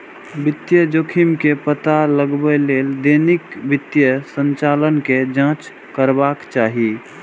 वित्तीय जोखिम के पता लगबै लेल दैनिक वित्तीय संचालन के जांच करबाक चाही